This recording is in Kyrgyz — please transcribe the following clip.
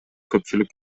көпчүлүк